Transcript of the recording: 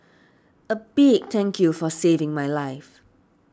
a big thank you for saving my life